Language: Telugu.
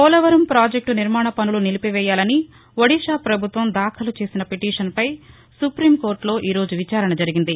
పోలవరం పాజెక్టు నిర్మాణ పనులను నిలిపివేయాలని ఒడిషా పభుత్వం దాఖలుచేసిన పిటిషన్పై సుప్రీంకోర్లులో ఈరోజు విచారణ జరిగింది